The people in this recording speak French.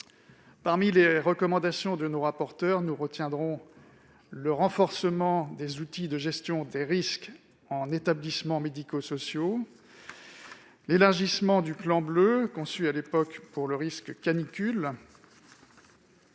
Parmi les recommandations de nos rapporteurs, nous retiendrons le renforcement des outils de gestion des risques en établissements médico-sociaux, l'élargissement du plan Bleu, conçu à l'époque pour le risque canicule,